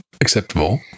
acceptable